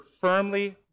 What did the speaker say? firmly